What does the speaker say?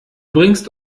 bringst